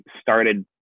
started